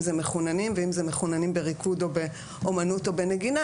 אם זה מחוננים ואם זה מחוננים בריקוד או אומנות או בנגינה,